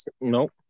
nope